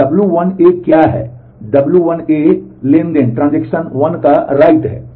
तो w1 transaction 1 का write है